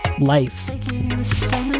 life